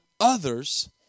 others